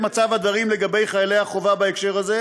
מצב הדברים לגבי חיילי החובה בהקשר הזה,